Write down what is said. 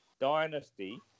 dynasty